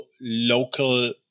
local